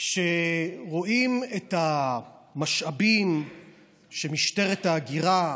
כשרואים את המשאבים שמשטרת ההגירה,